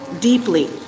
deeply